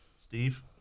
Steve